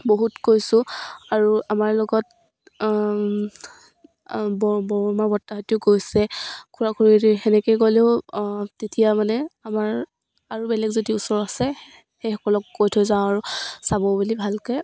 বহুত কৈছোঁ আৰু আমাৰ লগত বৰ বৰমা বৰতেউতাহঁতেও গৈছে খুৰা খুৰী তেনেকৈ গ'লেও তেতিয়া মানে আমাৰ আৰু বেলেগ যদি ওচৰ আছে সেইসকলক কৈ থৈ যাওঁ আৰু চাব বুলি ভালকে